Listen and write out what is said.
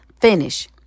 Finish